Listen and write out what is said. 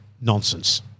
nonsense